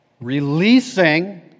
releasing